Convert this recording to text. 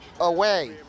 away